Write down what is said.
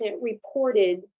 reported